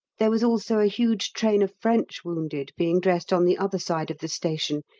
there was also a huge train of french wounded being dressed on the other side of the station,